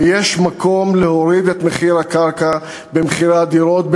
ויש מקום להוריד את מחיר הקרקע במחירי הדירות,